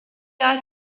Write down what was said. are